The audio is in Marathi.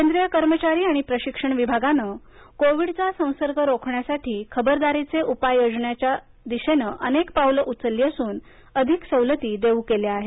केंद्रीय कर्मचारी आणि प्रशिक्षण विभागानं कोविडचा संसर्ग रोखण्यासाठी खबरदारीचे उपाय योजण्याच्या दिशेनं अनेक पावलं उचलली असून अधिक सवलती देऊ केल्या आहेत